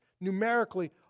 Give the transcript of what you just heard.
numerically